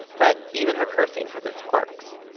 but even her cursing has its quirks.